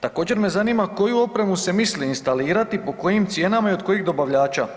Također me zanima koju opremu se misli instalirati i po kojim cijenama i od kojih dobavljača?